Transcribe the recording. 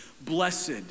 Blessed